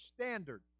standard